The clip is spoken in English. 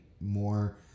more